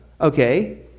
okay